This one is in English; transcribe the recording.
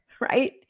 right